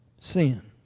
Sin